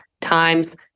times